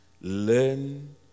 learn